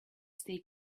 stay